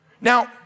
Now